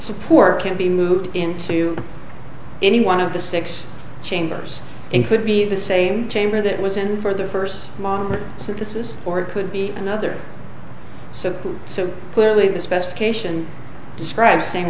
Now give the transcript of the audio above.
support can be moved into any one of the six chambers and could be the same chamber that was in for the first modern synthesis or it could be another so so clearly the specification describes